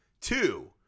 Two